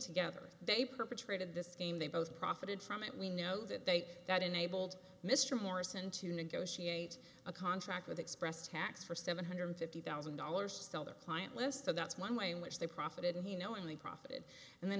together they perpetrated this game they both profited from it we know that they that enabled mr morrison to negotiate a contract with express tax for seven hundred fifty thousand dollars to sell their client list so that's one way in which they profited he knowingly profited and then